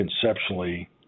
conceptually